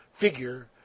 figure